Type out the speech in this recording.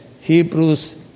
Hebrews